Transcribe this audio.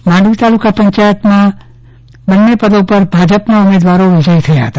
માંડવી તાલુકા પંચાયતમાં બન્ને પદો પર ભાજપના ઉમેદવારો વિજયી થયા હતા